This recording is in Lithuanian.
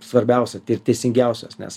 svarbiausia ir teisingiausios nes